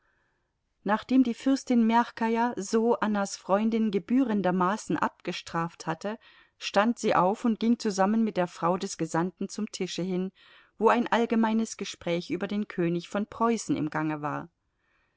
nachdem die fürstin mjachkaja so annas freundin gebührendermaßen abgestraft hatte stand sie auf und ging zusammen mit der frau des gesandten zum tische hin wo ein allgemeines gespräch über den könig von preußen im gange war